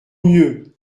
mieux